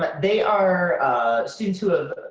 but they are students who have.